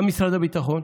גם משרד הביטחון,